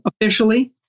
Officially